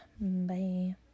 bye